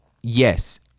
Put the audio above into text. Yes